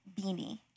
beanie